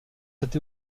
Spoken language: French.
cette